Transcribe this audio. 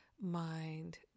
mind